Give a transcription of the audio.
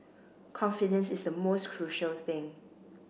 confidence is the most crucial thing